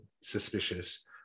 suspicious